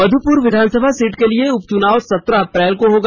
मध्यपुर विधानसभा सीट के लिए उपचुनाव सत्रह अप्रैल को होगा